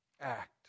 act